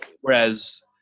whereas